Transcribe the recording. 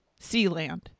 Sealand